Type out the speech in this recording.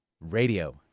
radio